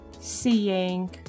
seeing